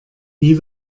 wie